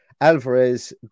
Alvarez